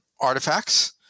artifacts